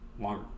longer